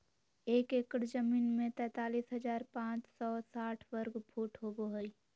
एक एकड़ जमीन में तैंतालीस हजार पांच सौ साठ वर्ग फुट होबो हइ